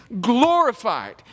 glorified